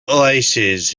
oasis